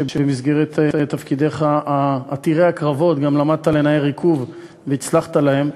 שבמסגרת תפקידיך עתירי הקרבות גם למדת לנער עיקוב ויכולת להם,